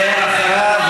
ואחריו,